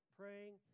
praying